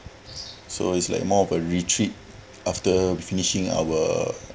so it's like more of a retreat after we finishing our